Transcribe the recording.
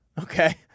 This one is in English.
Okay